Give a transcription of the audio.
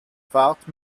fahrt